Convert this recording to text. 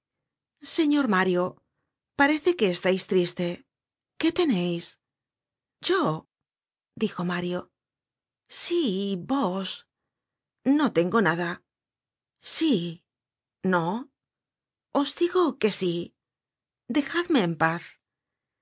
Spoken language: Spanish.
señor mario parece que estais triste que teneis yo dijo mario sí vos no tengo nada sí no os digo que sí dejadme en paz